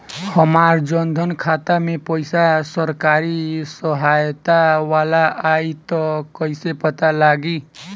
हमार जन धन खाता मे पईसा सरकारी सहायता वाला आई त कइसे पता लागी?